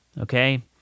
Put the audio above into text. Okay